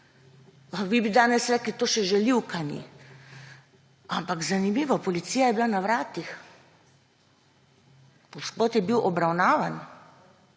vi bi danes rekli, to še žaljivka ni, ampak zanimivo, policija je bila na vratih. Gospod je bil obravnavan.